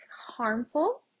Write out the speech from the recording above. harmful